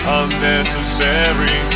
unnecessary